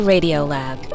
Radiolab